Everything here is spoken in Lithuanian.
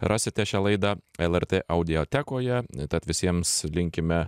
rasite šią laidą lrt audiotekoje tad visiems linkime